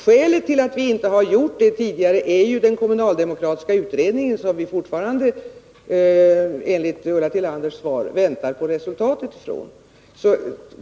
Skälet till att vi inte har gjort det tidigare är ju den kommunaldemokratiska utredningen, som vi fortfarande, enligt Ulla Tillanders svar, väntar på resultatet från.